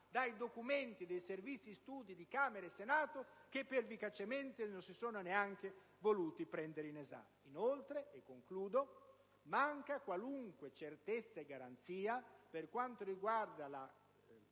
dai documenti dei Servizi studi di Camera e Senato che pervicacemente non si sono neanche voluti prendere in esame. Inoltre, manca qualunque certezza e garanzia per quanto riguarda il